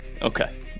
Okay